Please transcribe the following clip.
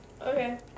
Okay